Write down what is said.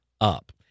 up